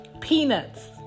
peanuts